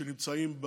שנמצאים,